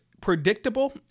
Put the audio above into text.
predictable